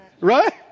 Right